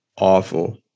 awful